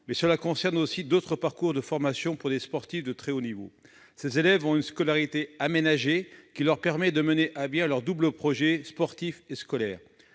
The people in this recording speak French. mais cela concerne aussi d'autres parcours de formation destinés à des sportifs de très haut niveau. Ces élèves ont une scolarité aménagée, qui leur permet de mener à bien leur double projet sportif et scolaire.